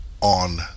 on